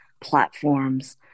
platforms